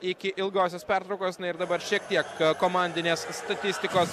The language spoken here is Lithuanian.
iki ilgosios pertraukos ir dabar šiek tiek komandinės statistikos